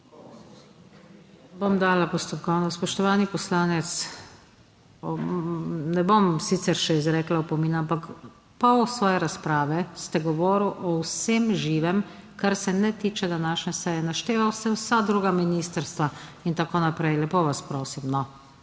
Bom dala postopkovno. Spoštovani poslanec, ne bom sicer še izrekla opomin, ampak pol svoje razprave ste govoril o vsem živem, kar se ne tiče današnje seje. Našteval ste vsa druga ministrstva in tako naprej. Lepo vas prosim,